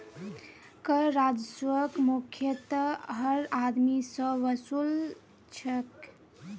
कर राजस्वक मुख्यतयः हर आदमी स वसू ल छेक